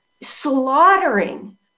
slaughtering